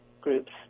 groups